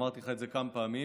אמרתי לך את זה כמה פעמים.